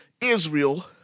Israel